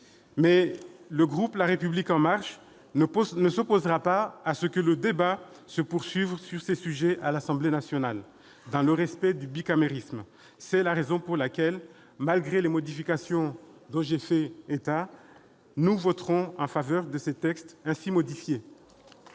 dit, le groupe La République En Marche ne s'opposera pas à ce que le débat se poursuive sur ces sujets à l'Assemblée nationale, dans le respect du bicamérisme. C'est la raison pour laquelle, malgré les divergences dont j'ai fait état, nous voterons en faveur de ces textes ainsi modifiés.